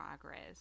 progress